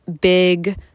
big